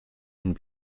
and